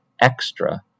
extra